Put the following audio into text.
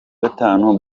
gatanu